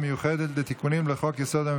לנו את התוצאות.